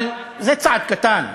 אבל זה צעד קטן.